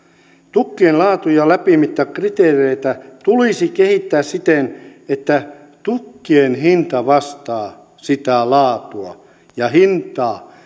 tukkien laatu ja läpimittakriteereitä tulisi kehittää siten että tukkien hinta vastaa sitä laatua ja hintaa